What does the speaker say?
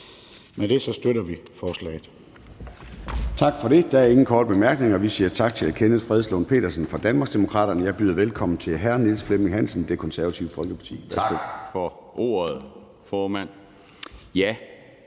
Formanden (Søren Gade): Tak for det. Der er ingen korte bemærkninger, og vi siger tak til hr. Kenneth Fredslund Petersen fra Danmarksdemokraterne. Jeg byder velkommen til hr. Niels Flemming Hansen, Det Konservative Folkeparti. Værsgo. Kl.